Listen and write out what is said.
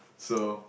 so